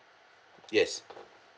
yes